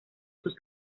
sus